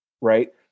Right